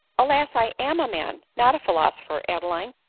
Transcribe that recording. alas! i am a man, not a philosopher, adeline!